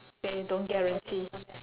they don't guarantee